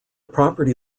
property